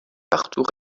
partout